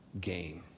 gain